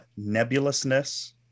nebulousness